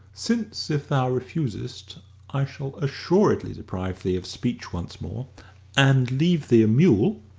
since if thou refusest i shall assuredly deprive thee of speech once more and leave thee a mule,